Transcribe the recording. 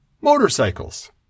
motorcycles